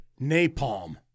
Napalm